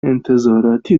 انتظاراتی